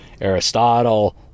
Aristotle